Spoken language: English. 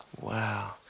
wow